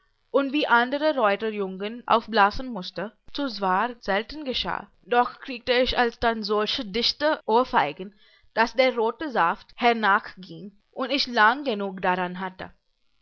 und wie andere reuterjungen aufblasen mußte so zwar selten geschahe doch kriegte ich alsdann solche dichte ohrfeigen daß der rote saft hernach gieng und ich lang genug daran hatte